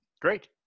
Great